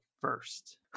first